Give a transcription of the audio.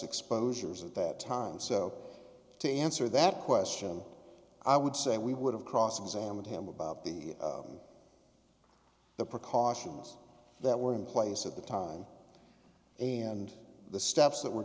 exposures at that time so to answer that question i would say we would have cross examined him about the the precautions that were in place at the time and the steps that were